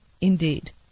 indeed